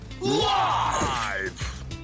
Live